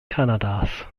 kanadas